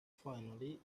finally